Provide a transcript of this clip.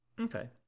Okay